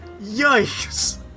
yikes